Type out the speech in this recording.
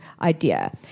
idea